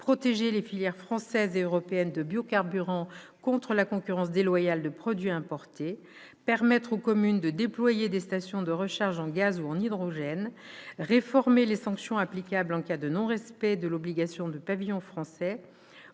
protéger les filières française et européenne de biocarburants contre la concurrence déloyale de produits importés, permettre aux communes de déployer des stations de recharge en gaz ou en hydrogène, réformer les sanctions applicables en cas de non-respect de l'obligation de pavillon français